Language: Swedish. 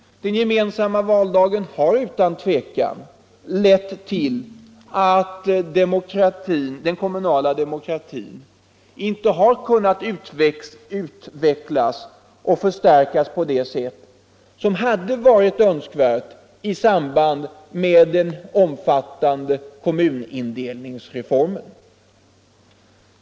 Den gemensamma valdagen har utan tvivel lett till att den kommunala demokratin inte har kunnat utvecklas och förstärkas på det sätt som hade varit önskvärt i samband med den omfattande kommunindelningsreformen.